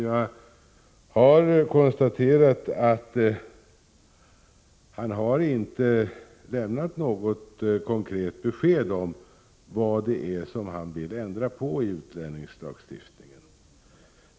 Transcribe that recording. Jag har konstaterat att han inte har lämnat något konkret besked om vad det är han vill ändra på i utlänningslagstiftningen.